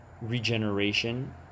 regeneration